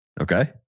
Okay